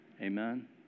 Amen